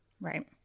Right